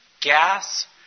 gas